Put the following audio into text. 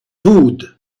wood